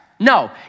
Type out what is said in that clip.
No